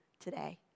today